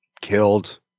killed